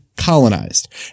colonized